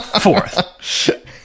fourth